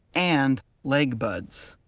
and leg buds.